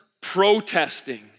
protesting